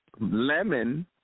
Lemon